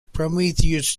prometheus